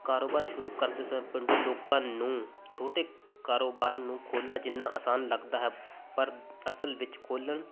ਕਾਰੋਬਾਰ ਸ਼ੁਰੂ ਕਰਦੇ ਸਮੇਂ ਪਰ ਲੋਕਾਂ ਨੂੰ ਛੋਟੇ ਕਾਰੋਬਾਰ ਨੂੰ ਖੋਲ੍ਹਣਾ ਜਿੰਨਾ ਆਸਾਨ ਲੱਗਦਾ ਹੈ ਪਰ ਅਸਲ ਵਿੱਚ ਖੋਲ੍ਹਣ